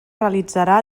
realitzarà